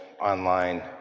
online